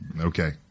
Okay